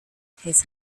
his